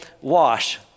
wash